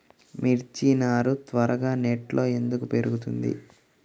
మిర్చి నారు త్వరగా నెట్లో ఎందుకు పెరుగుతుంది?